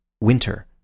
Winter